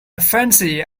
fancy